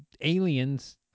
aliens